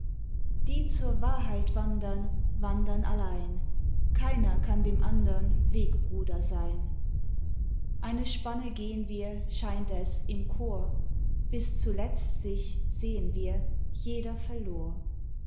die zur wahrheit wandern wandern allein keiner kann dem andern wegbruder sein eine spanne gehn wir scheint es im chor bis zuletzt sich sehn wir jeder verlor